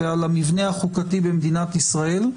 ועל המבנה החוקתי במדינת ישראל.